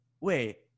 Wait